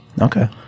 Okay